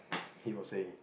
he was saying